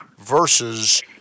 versus